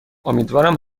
امیدوارم